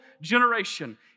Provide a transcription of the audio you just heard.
generation